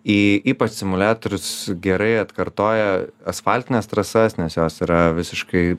į ypač simuliatorius gerai atkartoja asfaltines trasas nes jos yra visiškai